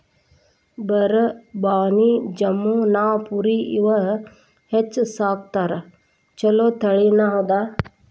ಬರಬಾನಿ, ಜಮನಾಪುರಿ ಇವ ಹೆಚ್ಚ ಸಾಕತಾರ ಚುಲೊ ತಳಿನಿ ಹೌದ